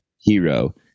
hero